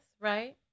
right